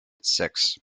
six